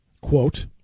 Quote